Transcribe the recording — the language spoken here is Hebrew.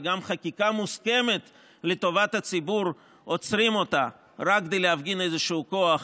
וגם עוצרים חקיקה מוסכמת לטובת הציבור רק כדי להפגין איזשהו כוח,